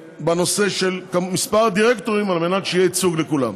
בנושא של מספר דירקטורים על מנת שיהיה ייצוג לכולם.